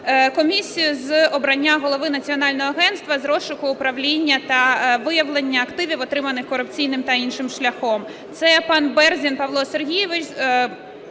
комісію з обрання Голови Національного агентства з розшуку, управління та виявлення активів, отриманих корупційним та іншим шляхом. Це пан Берзін Павло Сергійович